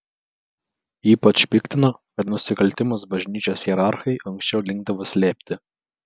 ypač piktina kad nusikaltimus bažnyčios hierarchai anksčiau linkdavo slėpti